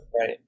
right